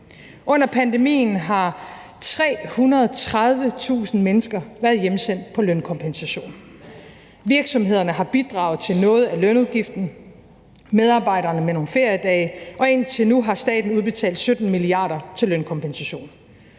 Under pandemien har 330.000 mennesker været hjemsendt på lønkompensation. Virksomhederne har bidraget til noget af lønudgiften, medarbejderne med nogle feriedage, og indtil nu har staten udbetalt 17 mia. kr. til lønkompensation.